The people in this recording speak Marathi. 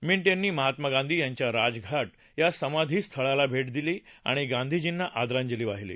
मिंट यांनी महात्मा गांधी यांच्या राजघाट या समाधीस्थळाला भेट दिली आणि गांधीजींना आदरांजली वाहिली